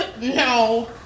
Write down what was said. No